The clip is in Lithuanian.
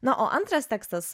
na o antras tekstas